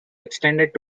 extended